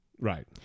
Right